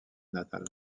natal